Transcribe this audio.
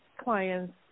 clients